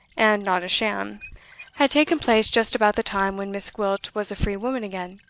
and not a sham had taken place just about the time when miss gwilt was a free woman again.